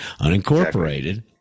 unincorporated